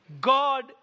God